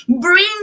Bring